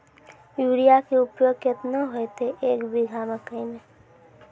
Urea के उपयोग केतना होइतै, एक बीघा मकई मे?